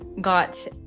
got